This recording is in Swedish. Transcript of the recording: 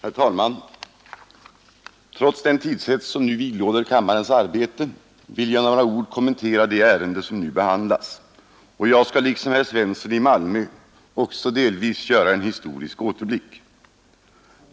Herr talman! Trots den hets som nu vidlåder kammarens arbete vill jag med några ord kommentera det ärende som nu behandlas, och jag skall liksom herr Svensson i Malmö också delvis göra en historisk återblick.